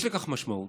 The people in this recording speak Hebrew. יש לכך משמעות.